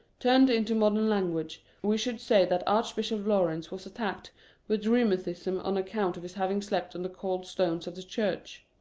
turned into modern language, we should say that archbishop laurence was attacked with rheu matism on account of his having slept on the cold stones of the church.